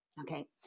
Okay